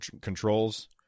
controls